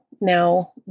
now